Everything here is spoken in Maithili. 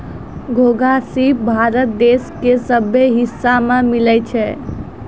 घोंघा, सिप भारत देश के सभ्भे हिस्सा में मिलै छै